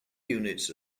units